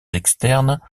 externes